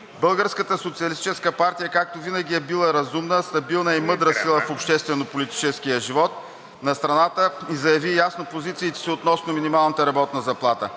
Българската социалистическа партия както винаги е била разумна, стабилна и мъдра сила в обществено-политическия живот на страната и заяви ясно позициите си относно минималната работна заплата